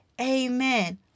Amen